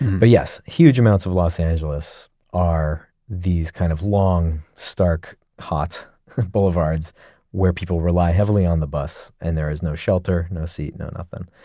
but yes. huge amounts of los angeles are these kind of long, stark, hot boulevards where people rely heavily on the bus and there is no shelter, no seat, no nothing.